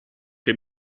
che